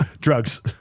Drugs